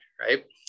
right